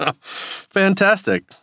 Fantastic